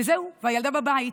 וזהו, הילדה בבית.